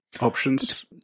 Options